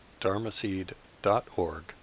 dharmaseed.org